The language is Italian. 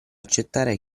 accettare